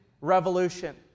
revolution